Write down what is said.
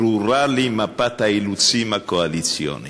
ברורה לי מפת האילוצים הקואליציוניים.